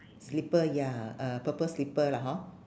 slipper ya uh purple slipper lah hor